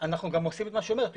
אנחנו גם עושים את מה שהיא אומרת,